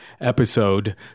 episode